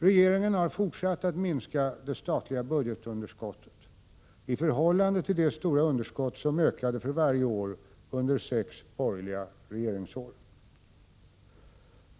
Regeringen har fortsatt att minska det statliga budgetunderskott som ökade för varje år under sex borgerliga regeringsår.